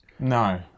No